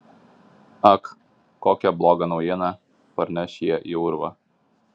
ak kokią blogą naujieną parneš jie į urvą